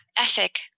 ethic